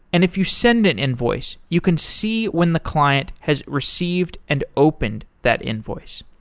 and if you send an invoice, you can see when the client has received and opened that invoice.